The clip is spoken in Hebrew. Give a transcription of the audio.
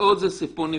להשעות זה סיפור נפרד.